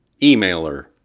emailer